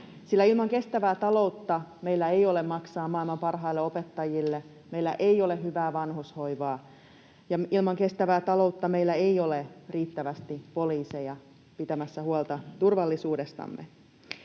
ilman kestävää taloutta meillä ei ole maksaa maailman parhaille opettajille, meillä ei ole hyvää vanhushoivaa, ja ilman kestävää taloutta meillä ei ole riittävästi poliiseja pitämässä huolta turvallisuudestamme.